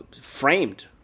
framed